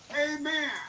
Amen